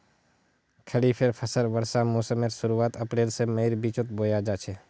खरिफेर फसल वर्षा मोसमेर शुरुआत अप्रैल से मईर बिचोत बोया जाछे